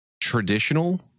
traditional